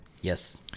Yes